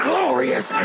glorious